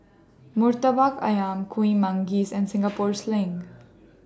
Murtabak Ayam Kuih Manggis and Singapore Sling